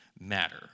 matter